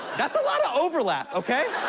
that's a lot of overlap, okay?